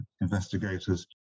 investigators